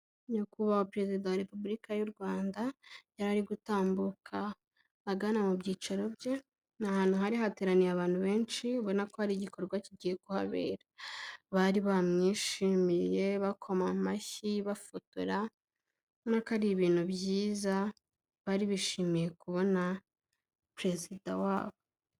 Nyakubahwa Perezida wa Repubulika y'u Rwanda, yari ari gutambuka, agana mu byicaro bye, ni ahantu hari hateraniye abantu benshi, ubona ko hari igikorwa kigiye kuhabera, bari bamwishimiye, bakoma amashyi, bafotora, ari ibintu byiza, bari bishimiye kubona perezida wabo.